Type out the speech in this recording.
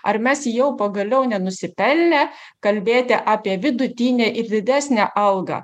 ar mes jau pagaliau nenusipelnę kalbėti apie vidutinę ir didesnę algą